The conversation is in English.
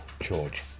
George